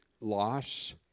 loss